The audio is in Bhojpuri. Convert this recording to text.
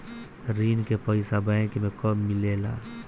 ऋण के पइसा बैंक मे कब मिले ला?